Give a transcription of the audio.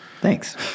Thanks